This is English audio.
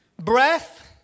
Breath